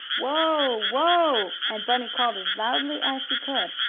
whoa! whoa! and bunny called as loudly as he could.